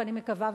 ואני מקווה,